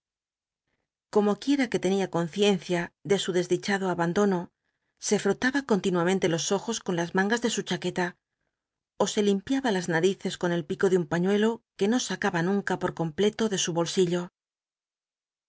como quiel'a que ten ia conciencia de su desdichado tbandono se f otaba con ti nuament e los ojos con la mangas de sn chaqueta ó se limpiaba las nal'ices con el pico de un pañuelo qu e no sacaba nunca por completo de su bolsillo